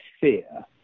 fear